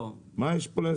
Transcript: מה יש פה להסביר?